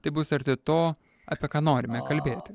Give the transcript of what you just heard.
tai bus arti to apie ką norime kalbėti